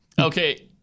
Okay